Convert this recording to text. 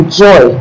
joy